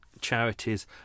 charities